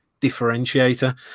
differentiator